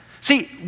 See